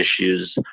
issues